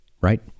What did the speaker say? right